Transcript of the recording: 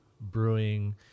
brewing